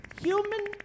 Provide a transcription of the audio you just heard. human